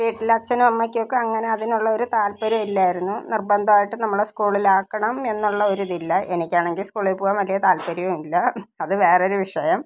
വീട്ടിലച്ചനും അമ്മയ്ക്കൊക്കെ അങ്ങനെ അതിനുള്ള ഒരു താല്പര്യവും ഇല്ലായിരുന്നു നിര്ബന്ധമായിട്ട് നമ്മളെ സ്കൂളിലാക്കണം എന്നുള്ള ഒരിതില്ല എനിക്കാണെങ്കിൽ സ്കൂളില് പോകാന് വലിയ താല്പര്യവുമില്ല അത് വേറൊരു വിഷയം